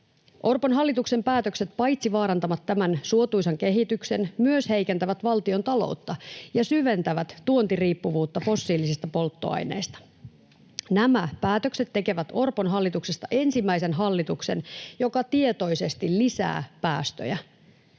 Orpon hallituksen päätökset paitsi vaarantavat tämän suotuisan kehityksen myös heikentävät valtiontaloutta ja syventävät tuontiriippuvuutta fossiilisista polttoaineista. Nämä päätökset tekevät Orpon hallituksesta ensimmäisen hallituksen, joka tietoisesti lisää päästöjä.